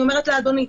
אני אומרת לאדוני,